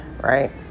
right